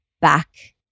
back